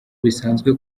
bisanzwe